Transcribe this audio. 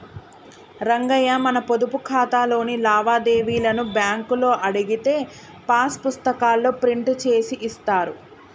రంగయ్య మన పొదుపు ఖాతాలోని లావాదేవీలను బ్యాంకులో అడిగితే పాస్ పుస్తకాల్లో ప్రింట్ చేసి ఇస్తారు